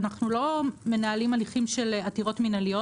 אנחנו לא מנהלים הליכים של עתירות מינהליות.